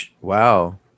Wow